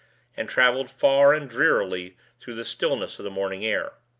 and traveled far and drearily through the stillness of the morning air.